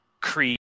creed